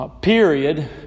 period